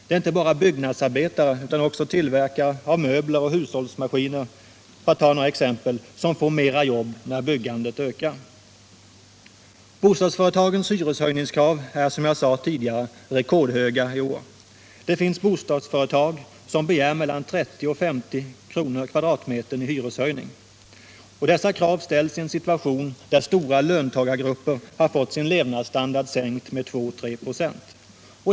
Det är inte bara byggnadsarbetare utan också tillverkare av möbler och hushållsmaskiner, för att ta några exempel, som får mera jobb när byggandet ökar. Bostadsföretagens hyreskrav är, som jag sade tidigare, rekordhöga i år. Det finns bostadsföretag som begär mellan 30 och 50 kr./m? i hyreshöjning. Dessa krav ställs i en situation där stora löntagargrupper har fått sin levnadsstandard sänkt med 2-3 96.